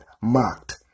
mocked